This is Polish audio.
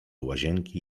łazienki